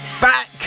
back